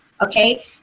okay